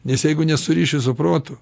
nes jeigu nesuriši su protu